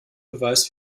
beweis